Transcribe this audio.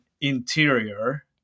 interior